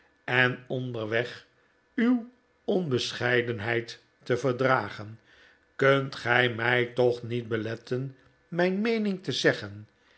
en onderweg uw onbescheidenheid te verdragen kunt gij mij toch niet beletten mijn meening te zeggen